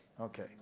Okay